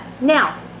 Now